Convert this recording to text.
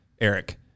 Eric